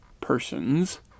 persons